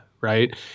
right